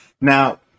now